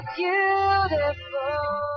beautiful